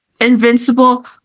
Invincible